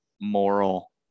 moral